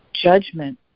Judgment